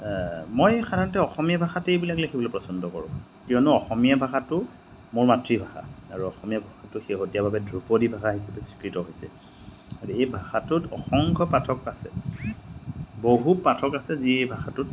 মই সাধাৰণতে অসমীয়া ভাষাতেই এইবিলাক লিখিবলৈ পচন্দ কৰোঁ কিয়নো অসমীয়া ভাষাটো মোৰ মাতৃভাষা আৰু অসমীয়া ভাষাটো শেহতীয়াভাৱে ধ্ৰুপদী ভাষা হিচাপে স্বীকৃত হৈছে আৰু এই ভাষাটোত অসংখ্য পাঠক আছে বহু পাঠক আছে যিয়ে এই ভাষাটোত